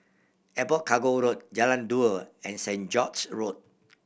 Airport Cargo Road Jalan Dua and Saint George's Road